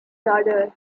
rudder